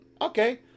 okay